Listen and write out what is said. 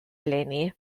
eleni